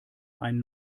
ein